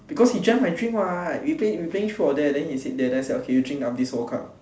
because he drank my drink [what] we playing we playing truth or dare then he said dare then I said okay you drink up this whole cup